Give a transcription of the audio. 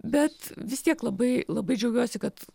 bet vis tiek labai labai džiaugiuosi kad